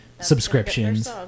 subscriptions